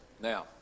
Now